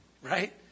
Right